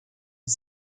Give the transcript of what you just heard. ich